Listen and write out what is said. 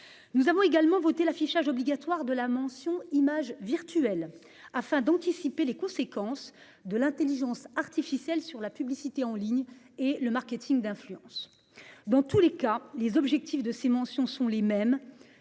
Nous avons également voté l'affichage obligatoire de la mention images virtuelles afin d'anticiper les conséquences de l'Intelligence artificielle sur la publicité en ligne et le marketing d'influence dans tous les cas, les objectifs de ces mentions sont les mêmes,